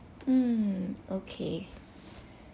mm okay